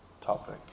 topic